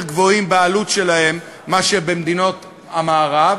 גבוהים בעלות שלהם מאשר במדינות המערב,